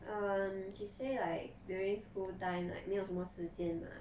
um she say like during school time like 没有什么时间 mah